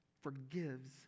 forgives